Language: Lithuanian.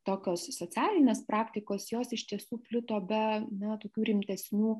tokios socialinės praktikos jos iš tiesų plito be na tokių rimtesnių